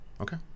Okay